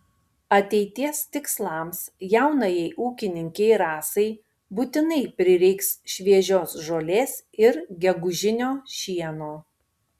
ateities tikslams jaunajai ūkininkei rasai būtinai prireiks šviežios žolės ir gegužinio šieno